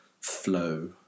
flow